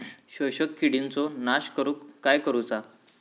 शोषक किडींचो नाश करूक काय करुचा?